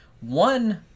one